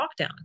lockdown